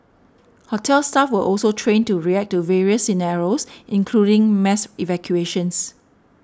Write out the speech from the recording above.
hotel staff were also trained to react to various scenarios including mass evacuations